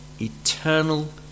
eternal